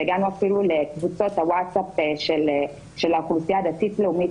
וגם אפילו לקבוצות הוואטסאפ של האוכלוסייה הדתית-לאומית